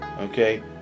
okay